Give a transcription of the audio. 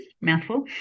mouthful